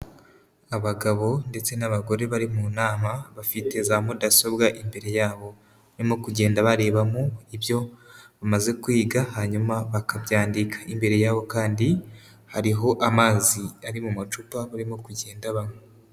Abagabo ndetse n'abagore bari mu nama bafite za mudasobwa imbere yabo, barimo kugenda bareba mu byo bamaze kwiga hanyuma bakabyandika, imbere yabo kandi hariho amazi ari mu macupa barimo kugenda banywa.